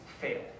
fail